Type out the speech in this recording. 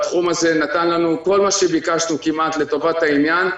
בתחום הזה נתן לנו כמעט את כל מה שביקשנו לטובת העניין.